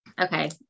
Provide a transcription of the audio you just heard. Okay